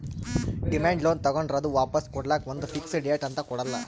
demand loan ತಗೋಂಡ್ರ್ ಅದು ವಾಪಾಸ್ ಕೊಡ್ಲಕ್ಕ್ ಒಂದ್ ಫಿಕ್ಸ್ ಡೇಟ್ ಅಂತ್ ಕೊಡಲ್ಲ